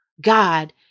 God